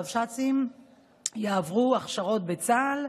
הרבש"צים יעברו הכשרות בצה"ל,